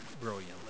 Brilliantly